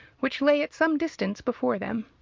which lay at some distance before them.